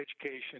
education